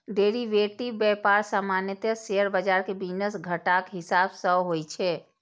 derivative व्यापार सामान्यतः share बाजार के बिजनेस घंटाक हिसाब सं होइ छै